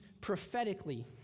prophetically